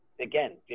again